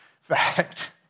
fact